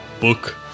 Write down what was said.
book